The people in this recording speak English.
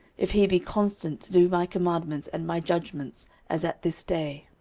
if he be constant to do my commandments and my judgments, as at this day.